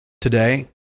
today